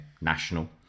national